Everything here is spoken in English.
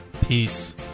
Peace